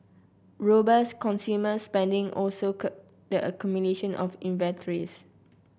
robust consumer spending also curbed the accumulation of inventories